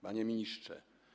Panie Ministrze!